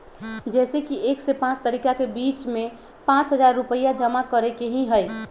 जैसे कि एक से पाँच तारीक के बीज में पाँच हजार रुपया जमा करेके ही हैई?